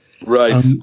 Right